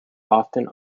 often